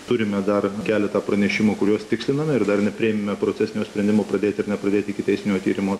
turime dar keletą pranešimų kuriuos tiksliname ir dar nepriėmėme procesinio sprendimo pradėti ar nepradėti ikiteisminio tyrimo